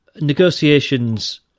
negotiations